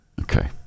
Okay